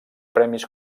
premis